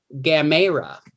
Gamera